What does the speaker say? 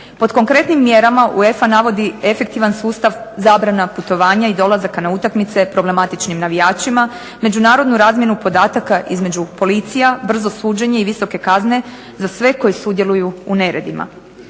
Pod konkretnim mjerama UEFA navodi efektivan sustav zabrana putovanja i dolazaka na utakmice problematičnim navijačima, međunarodnu razmjenu podataka između policija, brzo suđenje i visoke kazne za sve koji sudjeluju u neredima.